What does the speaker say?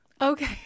Okay